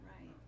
right